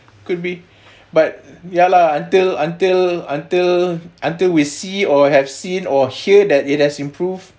could be but ya lah until until until until we see or have seen or hear that it has improved